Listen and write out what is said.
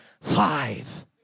five